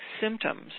symptoms